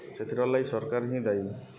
ସେଥିରର୍ ଲାଗି ସର୍କାର୍ ହିଁ ଦାୟୀ